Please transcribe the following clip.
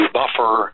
buffer